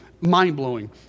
mind-blowing